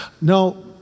No